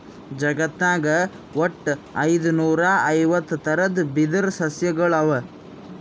ಜಗತ್ನಾಗ್ ವಟ್ಟ್ ಐದುನೂರಾ ಐವತ್ತ್ ಥರದ್ ಬಿದಿರ್ ಸಸ್ಯಗೊಳ್ ಅವಾ